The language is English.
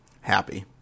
happy